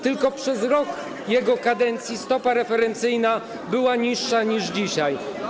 Tylko przez rok jego kadencji stopa referencyjna była niższa niż dzisiaj.